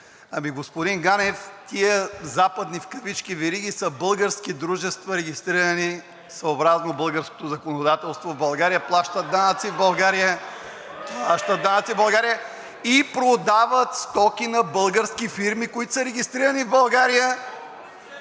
Ами, господин Ганев, тези западни в кавички вериги са български дружества, регистрирани съобразно българското законодателство, плащат данъци в България (шум и реплики), плащат данъци в България и продават стоки на български фирми, които са регистрирани в България